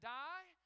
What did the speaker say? die